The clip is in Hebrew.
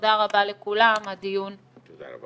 תודה רבה לכולם, הדיון נעול.